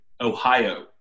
Ohio